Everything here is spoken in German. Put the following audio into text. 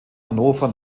hannover